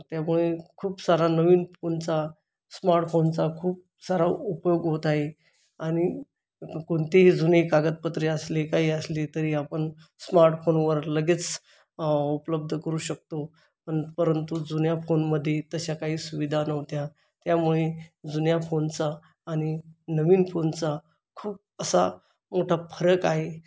त्यामुळे खूप सारा नवीन फोनचा स्मार्टफोनचा खूप सारा उपयोग होत आहे आणि कोणतेही जुने कागदपत्रे असले काही असले तरी आपण स्मार्टफोनवर लगेच उपलब्ध करू शकतो आणि परंतु जुन्या फोनमधी तशा काही सुविधा नव्हत्या त्यामुळे जुन्या फोनचा आणि नवीन फोनचा खूप असा मोठा फरक आहे